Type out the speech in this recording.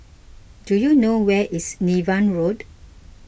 do you know where is Niven Road